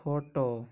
ଖଟ